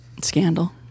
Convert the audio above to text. Scandal